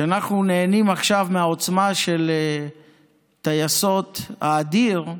כשאנחנו נהנים עכשיו מהעוצמה של טייסות האדיר,